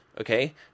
okay